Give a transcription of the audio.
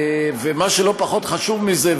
ומה שלא פחות חשוב מזה,